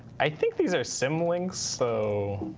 i think these are sym links. so